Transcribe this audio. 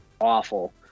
awful